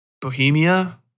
Bohemia